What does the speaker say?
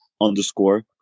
underscore